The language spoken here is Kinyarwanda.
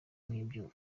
nk’ibyo